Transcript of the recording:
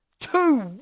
Two